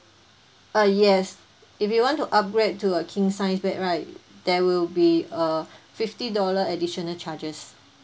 uh yes if you want to upgrade to a king sized bed right there will be a fifty dollar additional charges